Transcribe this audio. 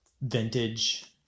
vintage